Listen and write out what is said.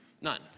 None